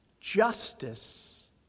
Justice